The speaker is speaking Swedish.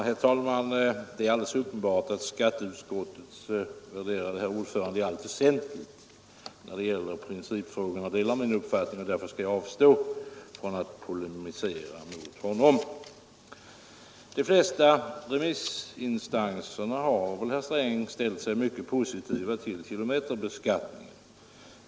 Herr talman! Det är alldeles uppenbart att skatteutskottets värderade herr ordförande när det gäller principfrågorna i allt väsentligt delar min uppfattning, och därför skall jag avstå från att polemisera mot honom. De flesta remissinstanserna har väl, herr Sträng, ställt sig mycket positiva till kilometerbeskattningen.